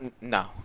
No